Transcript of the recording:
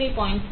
3 0